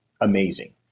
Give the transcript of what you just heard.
amazing